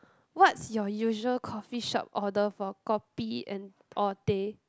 what's your usual coffee shop order for kopi and or teh